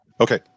Okay